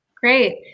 Great